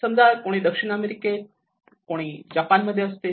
समजा कोणी दक्षिण अमेरिकेत आणि कोणी जपान मध्ये असतील